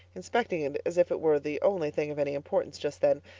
inspecting it as if it were the only thing of any importance just then.